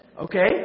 Okay